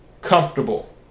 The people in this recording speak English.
comfortable